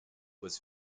was